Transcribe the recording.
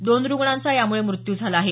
दोन रुग्णांचा यामुळे मृत्यू झाला आहे